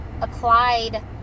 applied